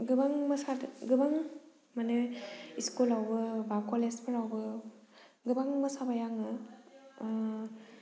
गोबां मोसानो गोबां माने इसकुलावबो बा कलेजफोरावबो गोबां मोसाबाय आङो